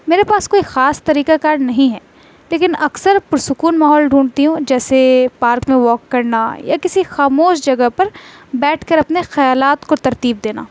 میرے پاس کوئی خاص طریقہ کار نہیں ہے لیکن اکثر پرسکون ماحول ڈھونڈتی ہوں جیسے پارک میں واک کرنا یا کسی خاموش جگہ پر بیٹھ کر اپنے خیالات کو ترتیب دینا